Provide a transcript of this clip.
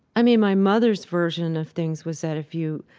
i mean my mother's version of things was that if you,